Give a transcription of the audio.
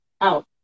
Out